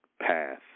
path